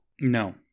No